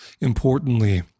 importantly